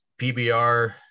PBR